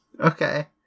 Okay